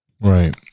Right